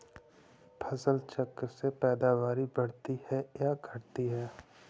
फसल चक्र से पैदावारी बढ़ती है या घटती है?